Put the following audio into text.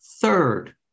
third